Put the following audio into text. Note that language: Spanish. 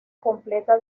completa